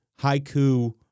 haiku